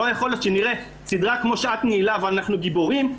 לא ייתכן שנראה סדרה כמו "שעת נעילה" ואנחנו גיבורים,